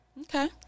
Okay